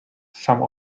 some